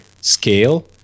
scale